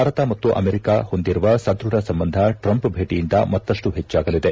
ಭಾರತ ಮತ್ತು ಅಮೆರಿಕ ಹೊಂದಿರುವ ಸದೃಢ ಸಂಬಂಧ ಟ್ರಂಪ್ ಭೇಟಿಯಿಂದ ಮತ್ತಷ್ಟು ಹೆಚ್ಚಾಗಲಿದೆ